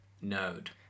node